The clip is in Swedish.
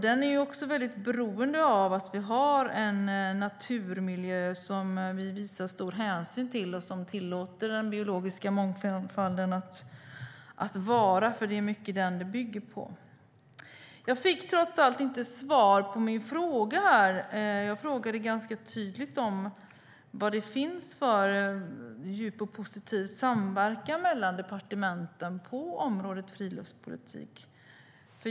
Den är beroende av att vi har en naturmiljö som vi visar stor hänsyn till och att vi låter den biologiska mångfalden vara. Det är den som det bygger på till stor del. Jag fick trots allt inte svar på min fråga. Jag frågade ganska tydligt om vilken djup och positiv samverkan det finns mellan departementen på området friluftspolitik.